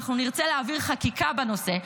ואנחנו נרצה להעביר חקיקה בנושא.